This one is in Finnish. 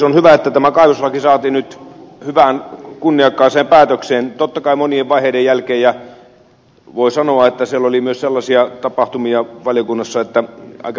on hyvä että tämä kaivoslaki saatiin nyt hyvään kunniakkaaseen päätökseen totta kai monien vaiheiden jälkeen ja voi sanoa että valiokunnassa oli myös sellaisia tapahtumia että ne olivat aika mielenkiintoisia